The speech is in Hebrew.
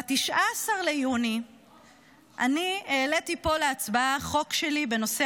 ב-19 ביוני אני העליתי פה להצבעה חוק שלי בנושא